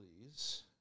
please